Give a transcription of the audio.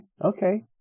Okay